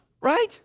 right